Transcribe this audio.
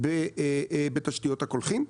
בתשתיות הקולחים,